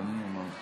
ברשות